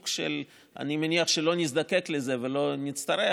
אני מניח שלא נזדקק לזה ולא נצטרך,